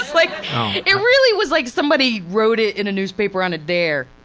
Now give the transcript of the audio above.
like it really was like somebody wrote it in a newspaper on a dare.